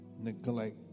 neglect